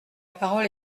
parole